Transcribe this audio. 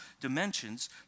dimensions